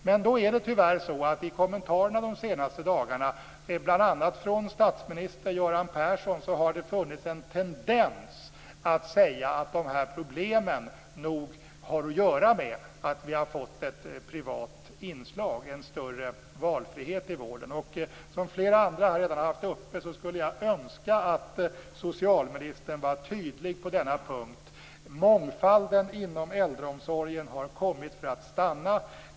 Men då är det tyvärr så att i kommentarerna de senaste dagarna, bl.a. från statsminister Göran Persson, har det funnits en tendens att säga att dessa problem nog har att göra med att vi har fått ett privat inslag och en större valfrihet i vården. Jag skulle önska - och flera andra har redan tagit upp detta - att socialministern var tydlig på en punkt: Mångfalden inom äldreomsorgen har kommit för att stanna.